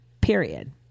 period